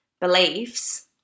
beliefs